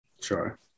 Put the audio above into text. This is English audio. Sure